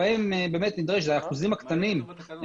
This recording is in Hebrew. אלה האחוזים הקטנים,